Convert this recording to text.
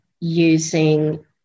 using